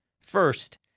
First